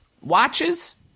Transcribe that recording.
watches